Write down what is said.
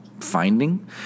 finding